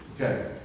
Okay